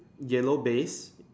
yellow base